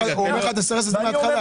הוא אומר לך תסרס את זה מהתחלה.